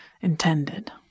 intended